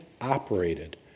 operated